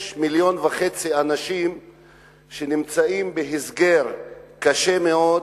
מיליון וחצי אנשים שנמצאים בהסגר קשה מאוד,